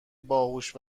باهوش